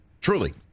truly